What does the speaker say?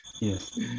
Yes